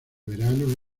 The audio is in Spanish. verano